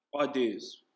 ideas